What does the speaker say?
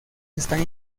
están